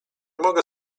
mogę